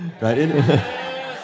right